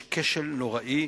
יש כשל נוראי,